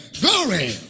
Glory